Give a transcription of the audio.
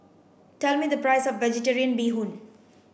tell me the price of vegetarian bee Hoon